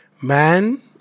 man